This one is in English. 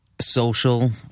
social